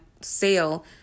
sale